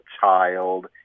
child